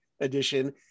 edition